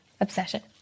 obsession